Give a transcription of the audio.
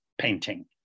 painting